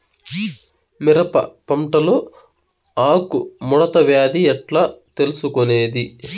మిరప పంటలో ఆకు ముడత వ్యాధి ఎట్లా తెలుసుకొనేది?